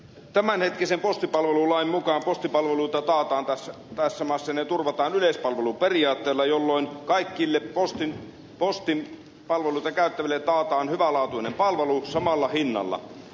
tämänhetkisen postipalvelulain mukaan postipalveluita taataan tässä maassa ja ne turvataan yleispalveluperiaatteella jolloin kaikille postin palveluita käyttäville taataan hyvälaatuinen palvelu samalla hinnalla